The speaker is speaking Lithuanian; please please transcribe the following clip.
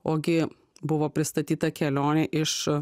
ogi buvo pristatyta kelionė iš